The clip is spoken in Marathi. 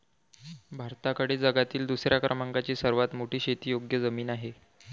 भारताकडे जगातील दुसऱ्या क्रमांकाची सर्वात मोठी शेतीयोग्य जमीन आहे